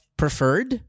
preferred